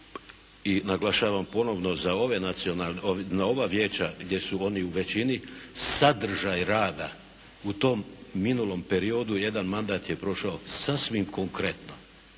i naglašavam ponovno na ova vijeća gdje su oni u većini sadržaj rada u tom minulom periodu jedan mandat je prošao sasvim konkretno